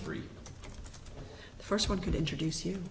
three the first one could introduce you